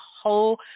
whole